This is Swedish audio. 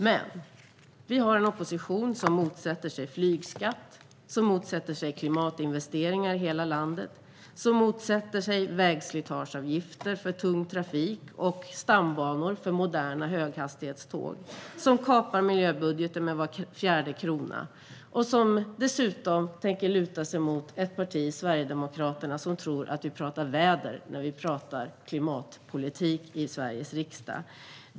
Men vi har en opposition som motsätter sig flygskatt, klimatinvesteringar i hela landet, vägslitageavgifter för tung trafik och stambanor för moderna höghastighetståg. Oppositionen vill kapa miljöbudgeten med var fjärde krona. Dessutom tänker man luta sig mot ett parti, Sverigedemokraterna, som tror att vi pratar om vädret när vi pratar om klimatpolitik i Sveriges riksdag.